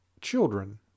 children